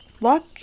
Luck